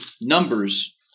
Numbers